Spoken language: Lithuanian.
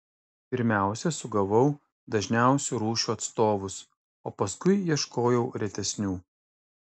pirmiausia sugavau dažniausių rūšių atstovus o paskui ieškojau retesnių